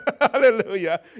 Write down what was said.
Hallelujah